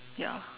ya